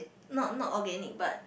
not not organic but